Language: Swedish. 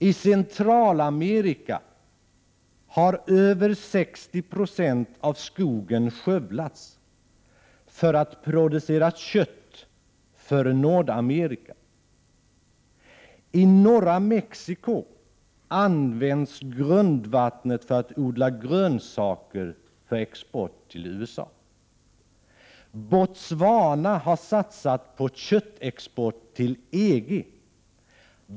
I Centralamerika har över 60 96 av skogen skövlats för att producera kött för Nordamerika. I norra Mexico används grundvattnet för att odla grönsaker för export till USA. Botswana har satsat på köttexport till EG.